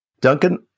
Duncan